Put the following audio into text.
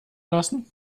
lassen